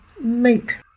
make